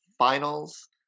Finals